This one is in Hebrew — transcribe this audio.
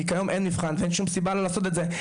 כי כיום אין מבחן ואין שום סיבה לעשות את זה.